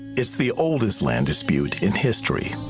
it's the oldest land dispute in history.